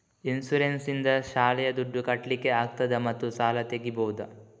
Insurance ನಿಂದ ಶಾಲೆಯ ದುಡ್ದು ಕಟ್ಲಿಕ್ಕೆ ಆಗ್ತದಾ ಮತ್ತು ಸಾಲ ತೆಗಿಬಹುದಾ?